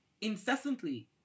incessantly